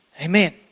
amen